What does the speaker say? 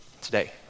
Today